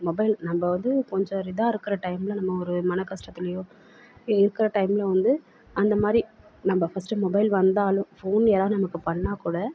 mobile நம்ம வந்து கொஞ்சம் இதாக இருக்கிற டைமில் நம்ம ஒரு மன கஷ்டத்துலயோ இல்லை இருக்கிற டைமில் வந்து அந்த மாதிரி நம்ம ஃபஸ்ட்டு மொபைல் வந்தாலும் ஃபோன் யாராவது நமக்கு பண்ணால் கூட